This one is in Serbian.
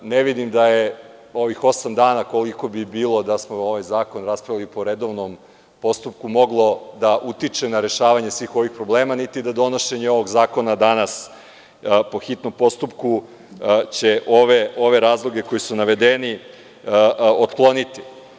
Ne vidim da je ovih osam dana koliko bi bilo da smo ovaj zakon raspravili po redovnom postupku, moglo da utiče na rešavanje svih ovih problema, niti da donošenje ovog zakona danas po hitnom postupku će ove razloge koji su navedeni otkloniti.